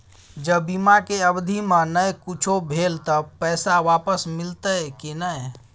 ज बीमा के अवधि म नय कुछो भेल त पैसा वापस मिलते की नय?